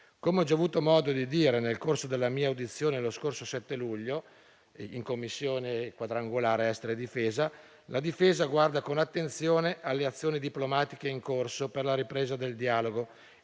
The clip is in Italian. Come ho già avuto modo di dire nel corso della mia audizione lo scorso 7 luglio in Commissione quadrangolare esteri e difesa, la Difesa guarda con attenzione alle azioni diplomatiche in corso, per la ripresa del dialogo